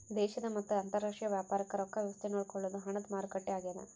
ದೇಶದ ಮತ್ತ ಅಂತರಾಷ್ಟ್ರೀಯ ವ್ಯಾಪಾರಕ್ ರೊಕ್ಕ ವ್ಯವಸ್ತೆ ನೋಡ್ಕೊಳೊದು ಹಣದ ಮಾರುಕಟ್ಟೆ ಆಗ್ಯಾದ